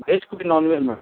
veg ना